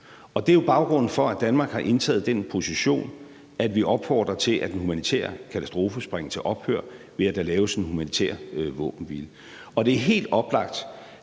Og det er jo baggrunden for, at Danmark har indtaget den position, at vi opfordrer til, at den humanitære katastrofe bringes til ophør, ved at der laves en humanitær våbenhvile. Det er helt oplagt,